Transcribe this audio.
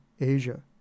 Asia